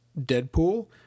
Deadpool